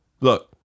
look